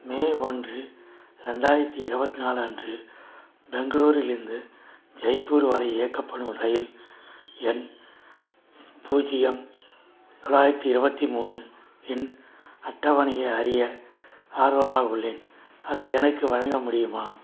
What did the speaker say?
மே ஒன்று ரெண்டாயிரத்தி இருவத்து நாலு அன்று பெங்களூரிலிருந்து ஜெய்ப்பூர் வரை இயக்கப்படும் இரயில் எண் பூஜ்யம் தொள்ளாயிரத்தி இருபத்தி மூணு இன் அட்டவணையை அறிய ஆர்வமாக உள்ளேன் அதை எனக்கு வழங்க முடியுமா